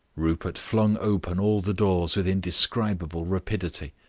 rupert flung open all the doors with indescribable rapidity.